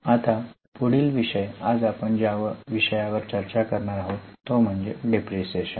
आता पुढील विषय आज आपण ज्या विषयावर चर्चा करणार आहोत ते म्हणजे डिप्रीशीएशन